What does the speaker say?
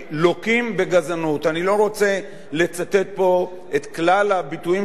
אני לא רוצה לצטט פה את כלל הביטויים שנשמעים מעל הדוכן הזה.